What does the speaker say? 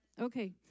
Okay